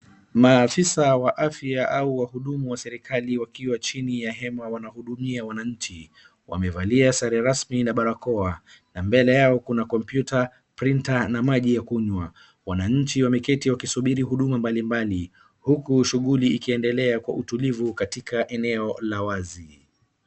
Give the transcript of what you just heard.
maafisa wa afya au wahudumu wa serikali wakiwa chini ya hema wanahudumia wanaanchi wamevalia sare rasmi na barakoa na mbele yao kuna komyuta ,printa na maji ya kunywa ,wanaanchi wameketi wakisubiri huduma mbalimbali huku shughuli ikiendelea kwa utulivu katika eneo la wazi